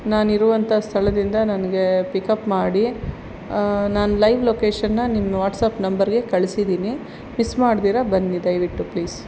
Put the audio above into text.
ನಾನಿರುವಂಥ ಸ್ಥಳದಿಂದ ನನಗೆ ಪಿಕಪ್ ಮಾಡಿ ನಾನು ಲೈವ್ ಲೊಕೇಶನ್ನ ನಿಮ್ಮ ವಾಟ್ಸಪ್ ನಂಬರ್ಗೆ ಕಳ್ಸಿದೀನಿ ಮಿಸ್ ಮಾಡದಿರ ಬನ್ನಿ ದಯವಿಟ್ಟು ಪ್ಲೀಸ್